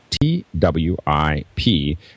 T-W-I-P